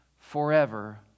forever